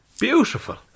Beautiful